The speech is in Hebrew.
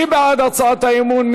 מי בעד הצעת האי-אמון?